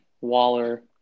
Waller